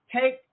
take